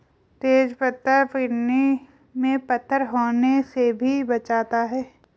तेज पत्ता किडनी में पत्थर होने से भी बचाता है